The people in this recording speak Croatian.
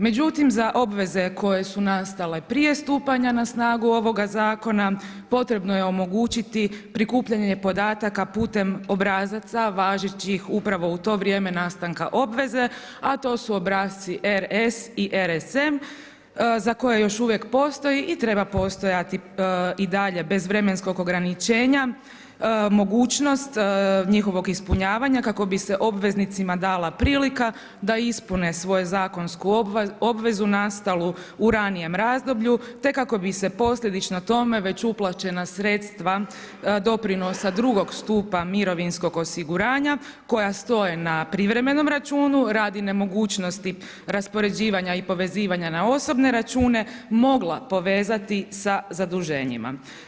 Međutim za obveze koje su nastale prije stupanja na snagu ovoga zakona potrebno je omogućiti prikupljanje podataka putem obrazaca važećih upravo u to vrijeme nastanka obveze, a to su obrasci RS i RSM za koje još uvijek postoji i treba postojati i dalje bez vremenskog ograničenja mogućnost njihovog ispunjavanja kako bi se obveznicima dala prilika da ispune svoju zakonsku obvezu nastalu u ranijem razdoblju, te kako bi se posljedično tome već uplaćena sredstva doprinosa drugog stupa mirovinskog osiguranja koja stoje na privremenom računu radi nemogućnosti raspoređivanja i povezivanja na osobne račune mogla povezati sa zaduženjima.